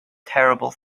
terrible